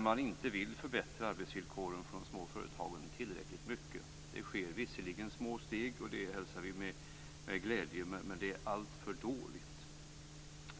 Man vill inte förbättra arbetsvillkoren för småföretagen tillräckligt mycket. Det tas visserligen små steg, och det hälsar vi med glädje, men de är alltför små.